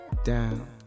down